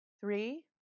three